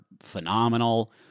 phenomenal